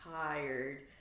tired